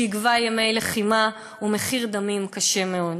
שיגבה ימי לחימה ומחיר דמים קשה מאוד.